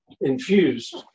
infused